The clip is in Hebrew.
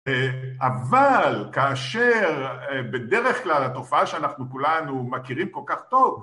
אבל כאשר בדרך כלל התופעה שאנחנו כולנו מכירים כל כך טוב